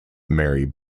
mary